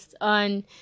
on